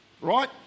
Right